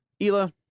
Ela